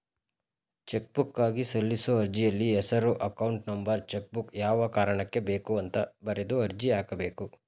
ಚೆಕ್ಬುಕ್ಗಾಗಿ ಸಲ್ಲಿಸೋ ಅರ್ಜಿಯಲ್ಲಿ ಹೆಸರು ಅಕೌಂಟ್ ನಂಬರ್ ಚೆಕ್ಬುಕ್ ಯಾವ ಕಾರಣಕ್ಕೆ ಬೇಕು ಅಂತ ಬರೆದು ಅರ್ಜಿ ಹಾಕಬೇಕು